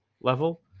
level